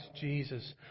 Jesus